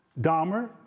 Dahmer